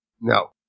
No